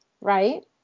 Right